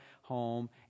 home